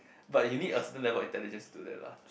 but you need a certain level intelligence to do that lah